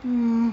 hmm